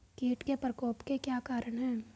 कीट के प्रकोप के क्या कारण हैं?